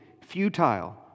futile